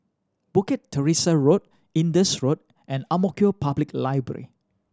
Bukit Teresa Road Indus Road and Ang Mo Kio Public Library